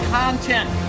content